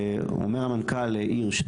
אומר המנכ"ל הירש,